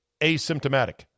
asymptomatic